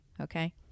Okay